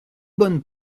bonne